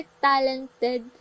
talented